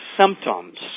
symptoms